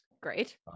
Great